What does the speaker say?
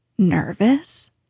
Nervous